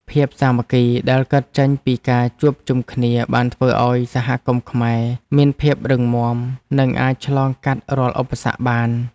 ភាពសាមគ្គីដែលកើតចេញពីការជួបជុំគ្នាបានធ្វើឱ្យសហគមន៍ខ្មែរមានភាពរឹងមាំ និងអាចឆ្លងកាត់រាល់ឧបសគ្គបាន។